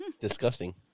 Disgusting